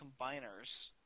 combiners